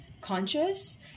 conscious